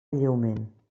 lleument